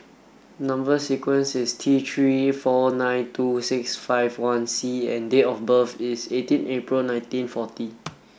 number sequence is T three four nine two six five one C and date of birth is eighteen April nineteen forty